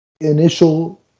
initial